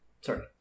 sorry